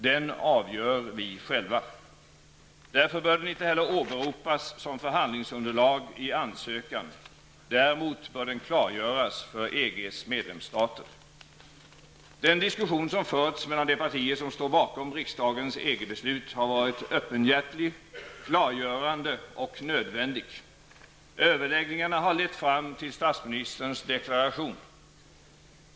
Den avgör vi själva. Därför bör den inte heller åberopas som förhandlingsunderlag i ansökan. Däremot bör den klargöras för EGs medlemsstater. Den diskussion som förts mellan de partier som står bakom riksdagens EG-beslut har varit öppenhjärtig, klargörande och nödvändig. Överläggningarna har lett fram till statsministerns deklaration.